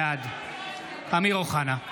בעד אמיר אוחנה,